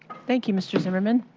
thank you, mr. zimmerman.